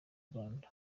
rwanda